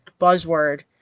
buzzword